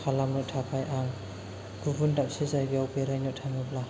खालामनो थाखाय आं गुबुन दाबसे जायगायाव बेरायनो थाङोब्ला